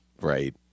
Right